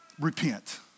Repent